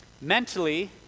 Mentally